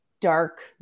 dark